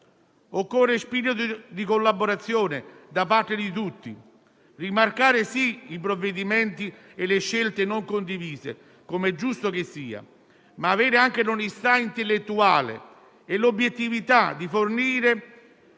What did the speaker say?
Occorre spirito di collaborazione da parte di tutti, rimarcando i provvedimenti e le scelte non condivise, com'è giusto che sia, ma avendo anche l'onestà intellettuale e l'obiettività di fornire